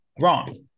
Wrong